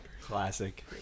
Classic